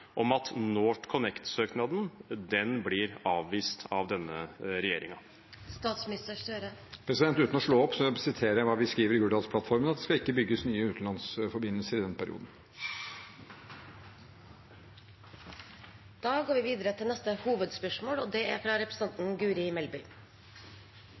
om at NorthConnect-søknaden blir avvist av denne regjeringen? Uten å slå opp, la meg likevel referere til hva vi skriver i Hurdalsplattformen, at det skal ikke bygges nye utenlandsforbindelser i denne perioden. Vi går til neste hovedspørsmål.